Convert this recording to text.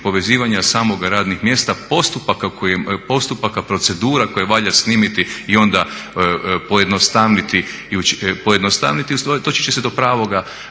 samih radnih mjesta postupaka, procedura koje valja snimiti i onda pojednostaviti i ustvari doći će se do pravoga